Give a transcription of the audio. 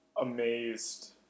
amazed